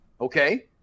okay